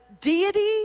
deity